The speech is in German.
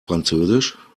französisch